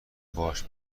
باهاش